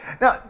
Now